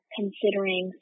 considering